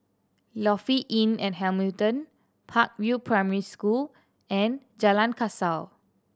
Lofi Inn at Hamilton Park View Primary School and Jalan Kasau